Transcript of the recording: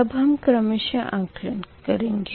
अब हम क्रमशः आकलन करेंगे